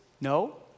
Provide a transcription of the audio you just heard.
No